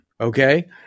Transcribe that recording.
okay